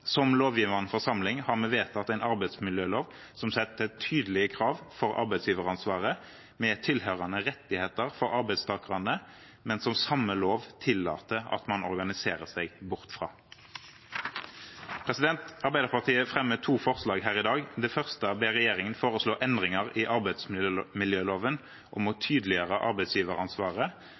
Som lovgivende forsamling har vi vedtatt en arbeidsmiljølov som setter tydelige krav til arbeidsgiveransvaret, med tilhørende rettigheter for arbeidstakerne, men som den samme loven tillater at man organiserer seg bort fra. Arbeiderpartiet fremmer to forslag her i dag. Det første er at vi ber regjeringen foreslå endringer i arbeidsmiljøloven som tydeliggjør arbeidsgiveransvaret.